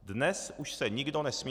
Dnes už se nikdo nesměje.